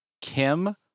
Kim